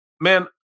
man